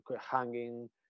hanging